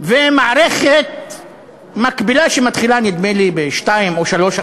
ומערכת מקבילה שמתחילה נדמה לי ב-14:00 או ב-15:00,